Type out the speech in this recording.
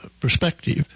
perspective